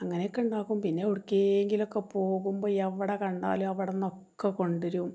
അങ്ങനെക്കെ ഉണ്ടാക്കും പിന്നെ എവിടേക്കെങ്കിലുമൊക്കെ പോകുമ്പേ എവിടെ കണ്ടാലും അവിടുന്നൊക്കെ കൊണ്ടുവരും